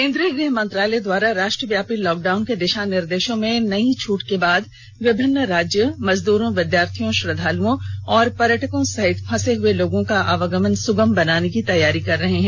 केंद्रीय गृह मंत्रालय द्वारा राष्ट्रव्यापी लॉकडाउन के दिश निर्देशों में नई छूट के बाद विभिन्न राज्य मजदूरों विद्यार्थियों श्रद्दालुओं और पर्यटकों सहित फंसे हए लोगों का आवागमन सुगम बनाने की तैयारी कर रहे हैं